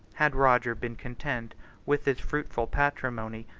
had roger been content with his fruitful patrimony,